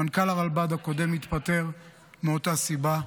מנכ"ל הרלב"ד הקודם התפטר מאותה סיבה,